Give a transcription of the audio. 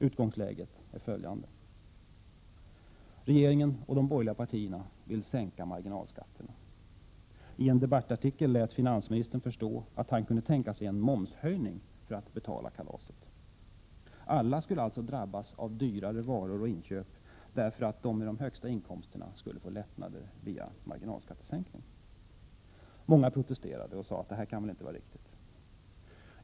Utgångsläget är följande: Regeringen och de borgerliga partierna vill sänka marginalskatterna. I en debattartikel lät finansministern förstå att han kunde tänka sig en momshöjning för att betala kalaset. Alla skulle alltså drabbas av dyrare varor och dyrare inköp över huvud taget för att de som har de högsta inkomsterna skulle få lättnader via marginalskattesänkning. Många protesterade och sade att det här kan väl inte vara riktigt.